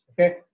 Okay